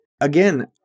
again